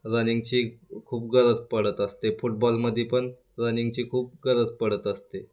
रनिंगची खूप गरज पडत असते फुटबॉल मध्ये पण रनिंगची खूप गरज पडत असते